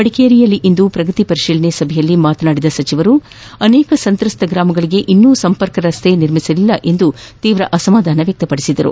ಮಡಿಕೇರಿಯಲ್ಲಿಂದು ಪ್ರಗತಿ ಪರಿಶೀಲನಾ ಸಭೆಯಲ್ಲಿ ಮಾತನಾದಿದ ಸಚಿವರು ಅನೇಕ ಸಂತ್ರಸ್ತ ಗ್ರಾಮಗಳಿಗೆ ಇನ್ನೂ ಸಂಪರ್ಕ ರಸ್ತೆ ನಿರ್ಮಿಸಿಲ್ಲ ಎಂದು ತೀವ್ರ ಅಸಮಾಧಾನ ವ್ಯಕ್ತಪಡಿಸಿದರು